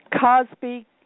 Cosby